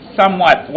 somewhat